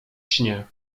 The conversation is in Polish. śnie